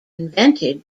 invented